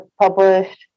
published